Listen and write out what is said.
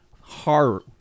Horror